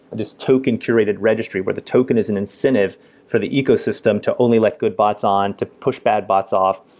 this token curated registry where the token is an incentive for the ecosystem to only let good bots on to push bad bots off,